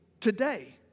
today